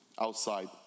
outside